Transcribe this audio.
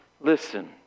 Listen